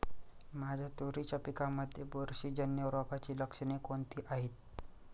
माझ्या तुरीच्या पिकामध्ये बुरशीजन्य रोगाची लक्षणे कोणती आहेत?